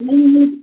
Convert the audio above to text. ம் ம்